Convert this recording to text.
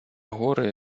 гори